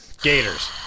Gators